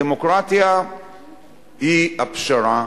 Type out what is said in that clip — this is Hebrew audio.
הדמוקרטיה היא הפשרה,